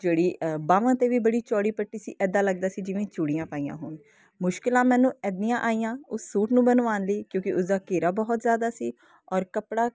ਜਿਹੜੀ ਬਾਵਾਂ 'ਤੇ ਵੀ ਬੜੀ ਚੌੜੀ ਪੱਟੀ ਸੀ ਇੱਦਾਂ ਲੱਗਦਾ ਸੀ ਜਿਵੇਂ ਚੂੜੀਆਂ ਪਾਈਆਂ ਹੋਣ ਮੁਸ਼ਕਿਲਾਂ ਮੈਨੂੰ ਇੰਨੀਆਂ ਆਈਆਂ ਉਸ ਸੂਟ ਨੂੰ ਬਣਵਾਉਣ ਲਈ ਕਿਉਂਕਿ ਉਸ ਦਾ ਘੇਰਾ ਬਹੁਤ ਜ਼ਿਆਦਾ ਸੀ ਔਰ ਕੱਪੜਾ